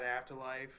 afterlife